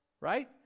Right